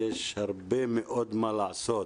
יש הרבה מאוד מה לעשות,